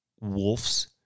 wolves